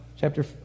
Chapter